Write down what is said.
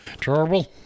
Terrible